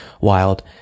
wild